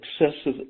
excessive